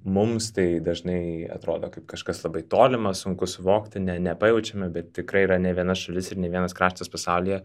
mums tai dažnai atrodo kaip kažkas labai tolima sunku suvokti ne nepajaučiame bet tikrai yra ne viena šalis ir ne vienas kraštas pasaulyje